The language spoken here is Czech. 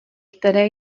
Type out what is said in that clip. které